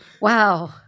Wow